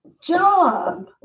job